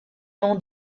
nom